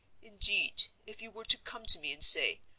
indeed, if you were to come to me and say,